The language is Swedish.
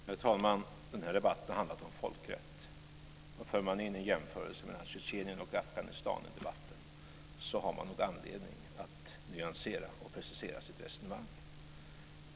Herr talman! Den här debatten har handlat om folkrätt. För man in en jämförelse mellan Tjetjenien och Afghanistan i debatten har man nog anledning att nyansera och precisera sitt resonemang.